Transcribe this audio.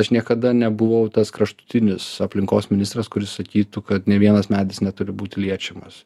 aš niekada nebuvau tas kraštutinis aplinkos ministras kuris sakytų kad nė vienas medis neturi būti liečiamas